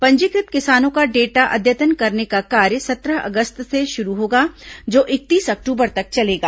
पंजीकृत किसानों का डेटा अद्यतन करने का कार्य सत्रह अगस्त से शुरू होगा जो इकतीस अक्टूबर तक चलेगा